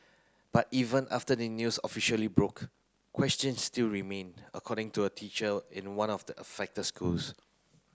but even after the news officially broke questions still remain according to a teacher in one of the affected schools